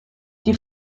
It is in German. die